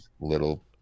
little